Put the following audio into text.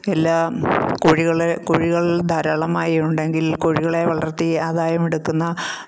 എല്ലാം കോഴികളെ കോഴികൾ ധാരാളമായി ഉണ്ടെങ്കിൽ കോഴികളെ വളർത്തി ആദായം എടുക്കുന്ന